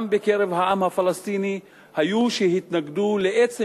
גם בקרב העם הפלסטיני היו שהתנגדו לעצם